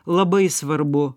labai svarbu